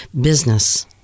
business